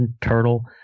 turtle